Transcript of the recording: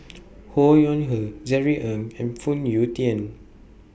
Ho Yuen Hoe Jerry Ng and Phoon Yew Tien